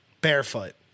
barefoot